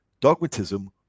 Dogmatism